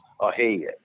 ahead